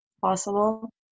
Possible